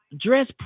dress